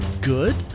good